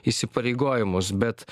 įsipareigojimus bet